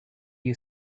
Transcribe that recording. you